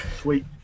Sweet